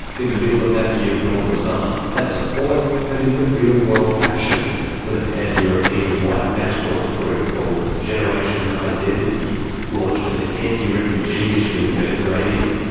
in the middle of that year's northern summer, that support turned into real-world action when a pan-european white nationalist group called generation identity launched an anti-refugee mission in the mediterranean.